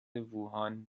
ووهان